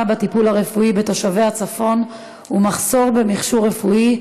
בטיפול הרפואי בתושבי הצפון ומחסור במכשור רפואי,